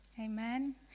Amen